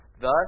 thus